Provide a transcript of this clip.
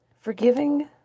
Forgiving